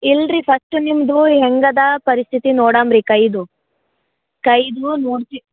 ಇಲ್ಲ ರೀ ಫಸ್ಟು ನಿಮ್ಮದು ಹೆಂಗೆ ಅದ ಪರಿಸ್ಥಿತಿ ನೋಡಾಮ್ ರೀ ಕೈದು ಕೈದು ನೋಡ್ತೀನಿ